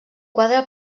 quadre